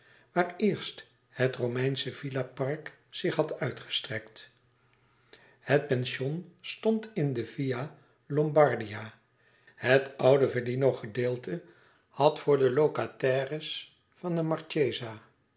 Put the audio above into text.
waar eerst het romeinsche villa park zich had uitgestrekt het pension stond in de via lombardia het oude villino gedeelte had voor de locataires van de